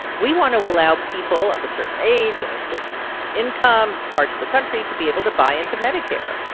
we want to allow people of a certain age and a certain income, parts of the country, to be able to buy into medicare.